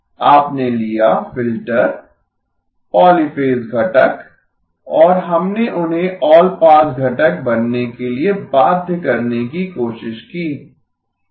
आपने लिया filter polyphase घटक और हमने उन्हें ऑलपास घटक बनने के लिए बाध्य करने की कोशिश की